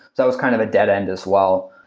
so it was kind of a dead end as well.